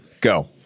go